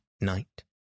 night